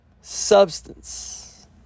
substance